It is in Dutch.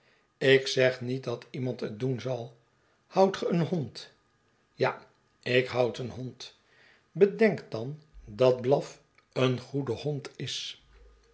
ik zeg niet dat iemand het doen zal houdt ge een hond ja ik houd een hond bedenk dan dat blaf een goede hond is